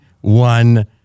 one